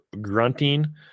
grunting